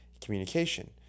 communication